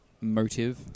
motive